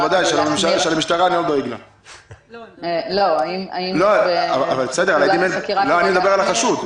בוודאי של המשטרה אני עוד --- אני מדבר על החשוד.